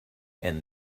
and